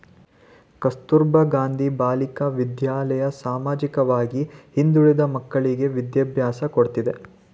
ಕಸ್ತೂರಬಾ ಗಾಂಧಿ ಬಾಲಿಕಾ ವಿದ್ಯಾಲಯ ಸಾಮಾಜಿಕವಾಗಿ ಹಿಂದುಳಿದ ಮಕ್ಕಳ್ಳಿಗೆ ವಿದ್ಯಾಭ್ಯಾಸ ಕೊಡ್ತಿದೆ